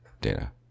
data